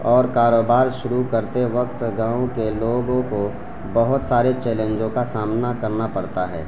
اور کاروبار شروع کرتے وقت گاؤں کے لوگوں کو بہت سارے چیلنجوں کا سامنا کرنا پڑتا ہے